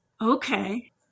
Okay